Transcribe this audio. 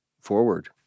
forward